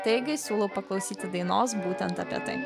taigi siūlau paklausyti dainos būtent apie tai